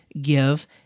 give